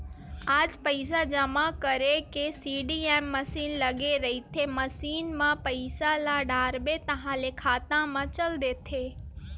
आज पइसा जमा करे के सीडीएम मसीन लगे रहिथे, मसीन म पइसा ल डालबे ताहाँले खाता म चल देथे